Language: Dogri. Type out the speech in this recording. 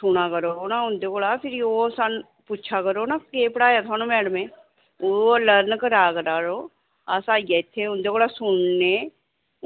सुना करो ना उं'दे कोला फ्ही ओह् सानूं पुच्छा करो ना केह् पढ़ाया थुआनू मैडमें ओह् लर्न करा करो अस आइयै इत्थै उं'दे कोला सुनने